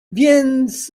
więc